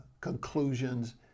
conclusions